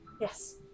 Yes